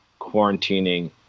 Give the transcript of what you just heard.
quarantining